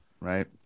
Right